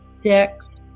dex